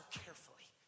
carefully